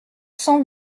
cent